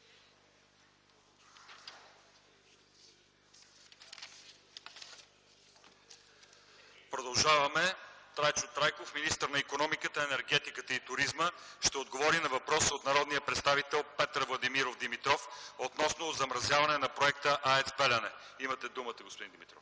Продължаваме с Трайчо Трайков – министър на икономиката, енергетиката и туризма. Той ще отговори на въпрос от народния представител Петър Владимиров Димитров относно замразяване на проекта АЕЦ „Белене”. Имате думата, господин Димитров.